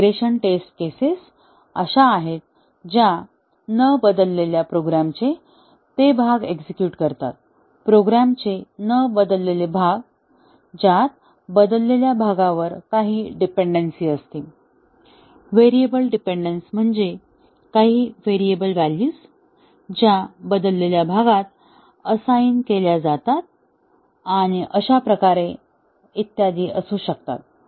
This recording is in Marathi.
रीग्रेशन टेस्ट केसेस अशा आहेत ज्या न बदललेल्या प्रोग्रामचे ते भाग एक्झेक्युट करतात प्रोग्रामचे न बदललेले भाग ज्यात बदललेल्या भागावर काही डिपेन्डन्सी असते व्हेरिएबल डिपेन्डेन्स म्हणजे काही व्हेरिएबल व्हॅल्यूज ज्या बदललेल्या भागात असाइन केल्या जातात आणि अशा प्रकारे इत्यादी असू शकतात